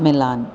Milan